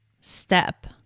step